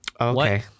Okay